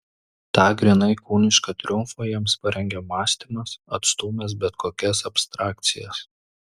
tą grynai kūnišką triumfą jiems parengė mąstymas atstūmęs bet kokias abstrakcijas